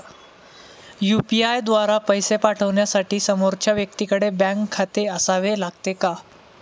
UPI द्वारा पैसे पाठवण्यासाठी समोरच्या व्यक्तीकडे बँक खाते असावे लागते का?